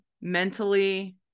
mentally